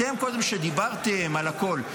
אתם קודם דיברתם על הכול,